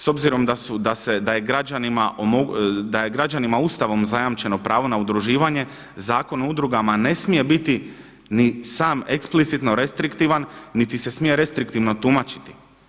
S obzirom da je građanima Ustavom zajamčeno pravo na udruživanje, Zakon o udrugama ne smije biti ni sam eksplicitno restriktivan, niti se smije restriktivno tumačiti.